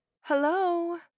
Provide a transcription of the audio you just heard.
Hello